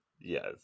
Yes